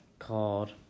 Called